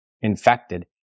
infected